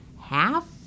half